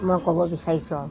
মই ক'ব বিচাৰিছোঁ আৰু